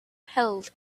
held